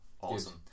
awesome